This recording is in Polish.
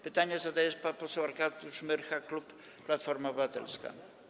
Pytanie zadaje pan poseł Arkadiusz Myrcha, klub Platforma Obywatelska.